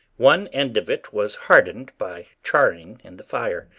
one end of it was hardened by charring in the fire,